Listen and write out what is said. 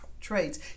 traits